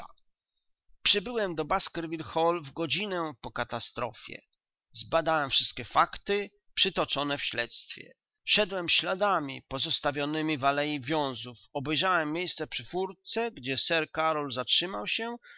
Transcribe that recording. przybyłem do baskerville hall w godzinę po katastrofie zbadałem wszystkie fakty przytoczone w śledztwie szedłem śladami pozostawionemi w alei wiązów obejrzałem miejsce przy furtce gdzie sir karol zatrzymał się